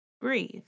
Breathe